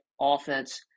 offense